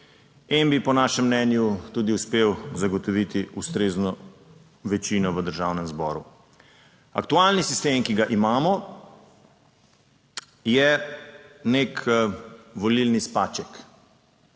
In bi po našem mnenju tudi uspel zagotoviti ustrezno večino v Državnem zboru. Aktualni sistem, ki ga imamo, je nek volilni spaček.